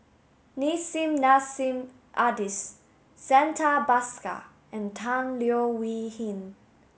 Nissim Nassim Adis Santha Bhaskar and Tan Leo Wee Hin